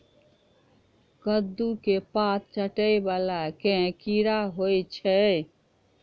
कद्दू केँ पात चाटय वला केँ कीड़ा होइ छै?